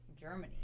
Germany